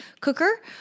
cooker